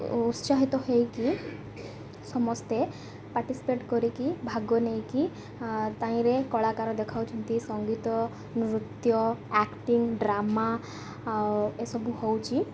ଉତ୍ସାହିତ ହୋଇକି ସମସ୍ତେ ପାାର୍ଟିସିପେଟ୍ କରିକି ଭାଗ ନେଇକି ତାହିଁରେ କଳାକାର ଦେଖାଉଛନ୍ତି ସଙ୍ଗୀତ ନୃତ୍ୟ ଆକ୍ଟିଂ ଡ୍ରାମା ଆଉ ଏସବୁ ହେଉଛି